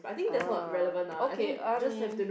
uh okay I mean